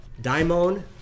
daimon